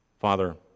Father